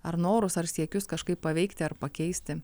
ar norus ar siekius kažkaip paveikti ar pakeisti